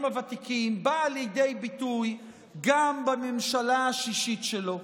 הוותיקים באה לידי ביטוי גם בממשלה השישית שלו.